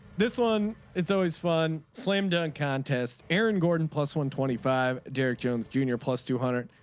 this one it's always fun. slam dunk contest. aaron gordon plus one twenty five derek jones junior plus two hundred.